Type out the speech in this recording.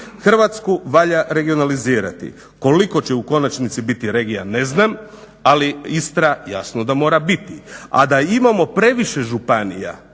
Hrvatsku valja regionalizirati. Koliko će u konačnici biti regija ne znam, ali Istra jasno da mora biti, a da imamo previše županija,